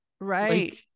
Right